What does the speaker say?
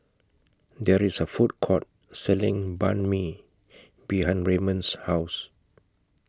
There IS A Food Court Selling Banh MI behind Rayburn's House